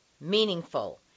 meaningful